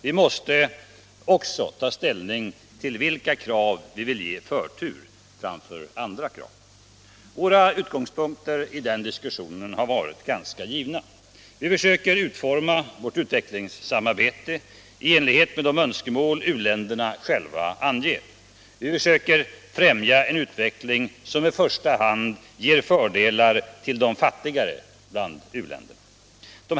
Vi måste också ta ställning till vilka krav vi vill ge förtur framför andra krav. Våra utgångspunkter i den diskussionen är givna: Vi försöker utforma vårt utvecklingssamarbete i enlighet med de önskemål som u-länderna själva anger, och vi försöker främja en utveckling som i första hand ger fördelar till de fattigare u-länderna.